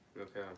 Okay